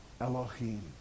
Elohim